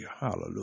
Hallelujah